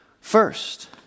first